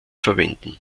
verwenden